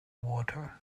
water